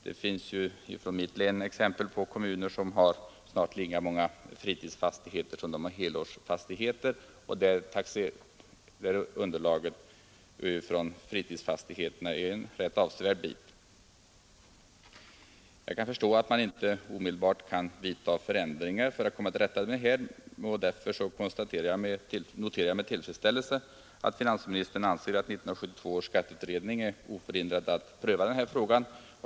Det finns i mitt län exempel på kommuner som snart har lika många fritidsfastigheter som helårsfastigheter och där underlaget från fritidsfastigheterna är en rätt avsevärd bit. Jag kan förstå att man inte omedelbart kan vidta förändringar för att komma till rätta med detta. Därför noterar jag med tillfredsställelse att finansministern anser att 1972 års skatteutredning är oförhindrad att pröva denna fråga.